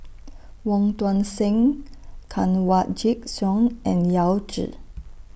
Wong Tuang Seng Kanwaljit Soin and Yao Zi